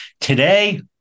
today